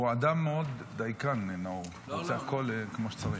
הוא אדם מאוד דייקן, נאור, עושה הכול כמו שצריך.